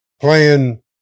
playing